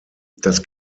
das